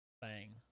Bang